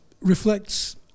reflects